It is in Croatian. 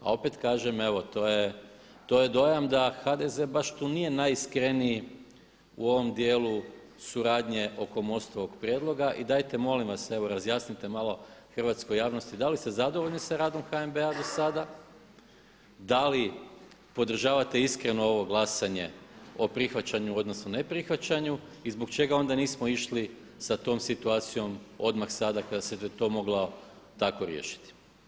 A opet kažem evo to je dojam da HDZ baš tu nije najiskreniji u ovom djelu suradnje oko MOST-ovog prijedloga i dajte molim vas evo razjasnite malo hrvatskoj javnosti da li ste zadovoljni sa radom HNB-a dosada, da li podržavate iskreno ovo glasanje o prihvaćanju odnosno neprihvaćanju i zbog čega onda nismo išli sa tom situacijom odmah sada kada se to moglo tako riješiti.